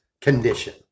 Condition